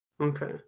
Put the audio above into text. Okay